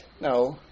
No